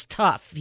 tough